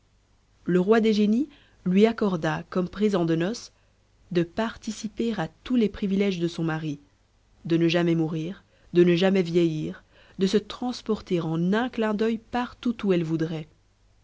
le roi des génies lui accorda comme présent de noces de participer à tous les privilèges de son mari de ne jamais mourir de ne jamais vieillir de se transporter en un clin d'oeil partout où elle voudrait